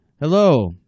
Hello